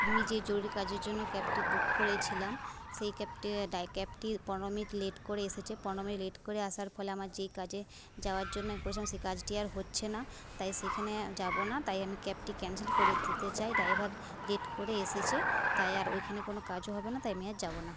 আমি যে জরুরি কাজের জন্য ক্যাবটি বুক করেছিলাম সেই ক্যাবটি ডাই ক্যাবটি পনেরো মিনিট লেট করে এসেছে পনেরো মিনিট লেট করে আসার ফলে আমার যেই কাজে যাওয়ার জন্য এ করেছিলাম সে কাজটি আর হচ্ছে না তাই সেখানে যাব না তাই আমি ক্যাবটি ক্যান্সেল করে দিতে চাই ড্রাইভার লেট করে এসেছে তাই আর ওইখানে কোনো কাজও হবে না তাই আমি আর যাব না